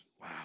Wow